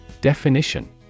Definition